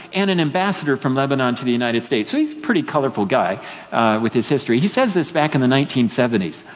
and an ambassador from lebanon to the united states, so he is a pretty colorful guy with his history. he says this back in the nineteen seventy s,